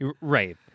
Right